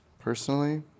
Personally